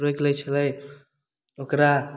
रोकि लै छलै ओकरा